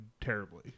terribly